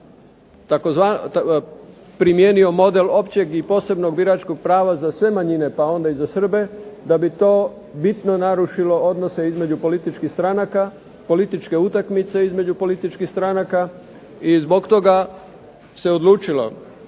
primijenio model općeg i posebnog biračkog prava za sve manjine, pa onda i za Srbe, da bi to bitno narušilo odnose između političkih stranaka, političke utakmice između političkih stranaka. I zbog toga se odlučilo